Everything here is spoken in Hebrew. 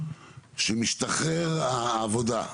שמשתחררת העבודה.